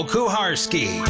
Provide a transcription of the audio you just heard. Kuharski